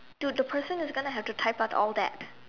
dude the person is gonna have to type out all that